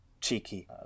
cheeky